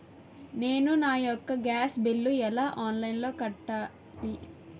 నేను నా యెక్క గ్యాస్ బిల్లు ఆన్లైన్లో ఎలా కట్టాలి?